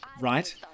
right